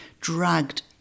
dragged